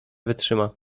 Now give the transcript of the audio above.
wytrzyma